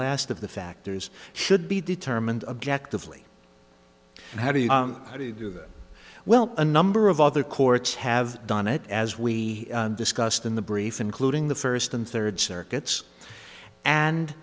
last of the factors should be determined objectively and how do you do that well a number of other courts have done it as we discussed in the brief including the first and third circuits and